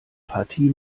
partie